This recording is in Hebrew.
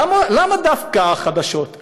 למה דווקא החדשות?